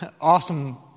awesome